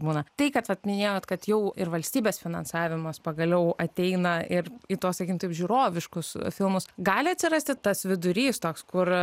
būna tai kad minėjot kad jau ir valstybės finansavimas pagaliau ateina ir į tuos sakykim taip žiūroviškus filmus gali atsirasti tas vidurys toks kur